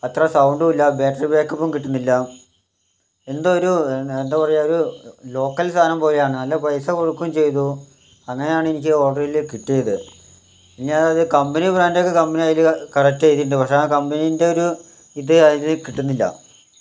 അത്ര സൗണ്ടും ഇല്ല ബാറ്ററി ബാക്കപ്പും കിട്ടുന്നില്ല എന്തോ ഒരു എന്താ പറയുക ഒരു ലോക്കൽ സാധനം പോലെയാണ് നല്ല പൈസ കൊടുക്കുകയും ചെയ്തു അങ്ങനെയാണ് എനിക്ക് ഓർഡറില് കിട്ടിയത് ഇനിയത് കമ്പനി ബ്രാൻഡ് ഒക്കെ കമ്പനി അതില് കറക്ട് എഴുതീട്ടുണ്ട് പക്ഷെ കമ്പനിൻ്റെ ഒരു ഇത് കിട്ടുന്നില്ല